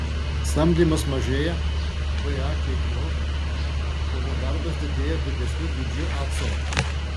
samdymas mažėja ba kiekiu o nedarbas didėja didesniu dydžiu ac